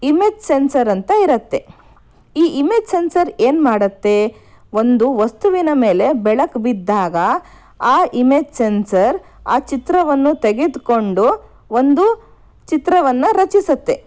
image sensor ಅಂತ ಇರತ್ತೆ ಈ ಇಮೆಜ್ ಸೆನ್ಸರ್ ಏನ್ಮಾಡತ್ತೆ ಒಂದು ವಸ್ತುವಿನ ಮೇಲೆ ಬೆಳಕು ಬಿದ್ದಾಗ ಆ ಇಮೆಜ್ ಸೆನ್ಸರ್ ಆ ಚಿತ್ರವನ್ನು ತೆಗೆದುಕೊಂಡು ಒಂದು ಚಿತ್ರವನ್ನು ರಚಿಸತ್ತೆ